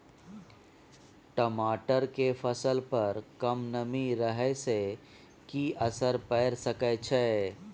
टमाटर के फसल पर कम नमी रहै से कि असर पैर सके छै?